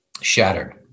shattered